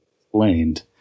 explained